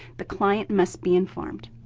the client must be informed.